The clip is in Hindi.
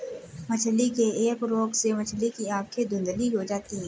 मछली के एक रोग से मछली की आंखें धुंधली हो जाती है